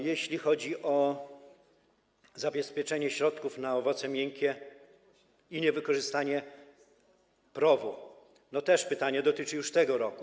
Jeśli chodzi o zabezpieczenie środków na owoce miękkie i niewykorzystanie PROW-u, pytanie dotyczy już tego roku.